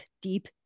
deep